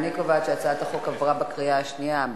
אני קובעת שהצעת החוק עברה בקריאה השנייה.